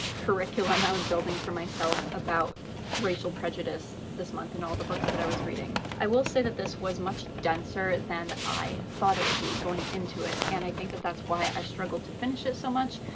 curriculum i was building for myself about racial prejudice this month in all the books that i was reading. i will say that this was much denser than i thought it would be going into it, and i think that that's why i struggled to finish it so much.